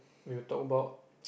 we will talk about